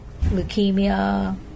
leukemia